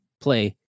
play